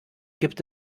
gibt